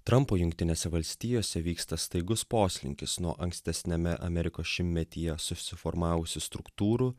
trampo jungtinėse valstijose vyksta staigus poslinkis nuo ankstesniame amerikos šimtmetyje susiformavusių struktūrų